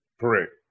Correct